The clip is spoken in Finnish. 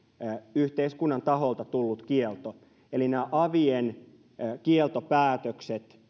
yhteiskunnan taholta tullut kielto eli nämä avien kieltopäätökset